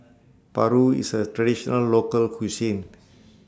Paru IS A Traditional Local Cuisine